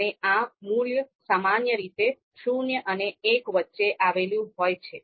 અને આ મૂલ્ય સામાન્ય રીતે શૂન્ય અને એક વચ્ચે આવેલું હોય છે